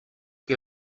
que